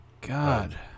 God